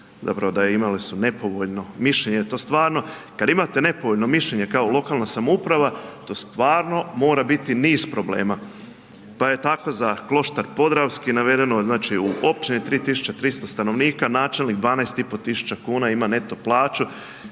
da imale su nepovoljno mišljenje, to stvarno, kad imate nepovoljno mišljenje kao lokalna samouprava, to stvarno mora biti niz problema, pa je tako za Kloštar Podravski navedeno, znači u općini 3300 stanovnika, načelnik 12 i pol tisuća kuna ima neto plaću,